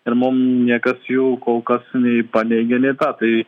ir mum niekas jų kol kas nei paneigė nei ką tai